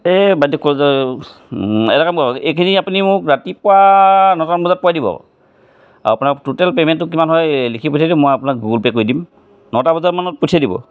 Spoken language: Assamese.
এ বাদ দিয়ক এটা কাম কৰক এইখিনি আপুনি মোক ৰাতিপুৱা নটামান বজাত পোৱাই দিব আপোনাৰ টোটেল পে'মেণ্টটো কিমান হয় লিখি পঠিয়াই দিব মই আপোনাক গুগল পে' কৰি দিম নটা বজামানত পঠিয়াই দিব